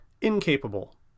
incapable